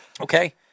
Okay